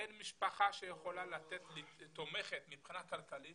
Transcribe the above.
אין משפחה שיכולה תומכת מבחינה כלכלית